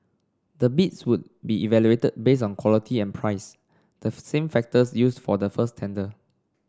the bids would be evaluated based on quality and price the same factors used for the first tender